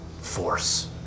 force